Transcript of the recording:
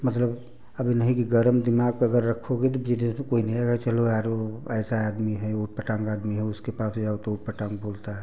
मतलब अब ये नहीं कि गर्म दिमाग पर अगर रखोगे तो चलो यार ऐसा आदमी है उटपटांग आदमी है उसके पास जाओ तो उटपटांग बोलता है